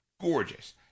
gorgeous